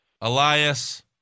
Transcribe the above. Elias